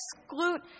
exclude